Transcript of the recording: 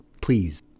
please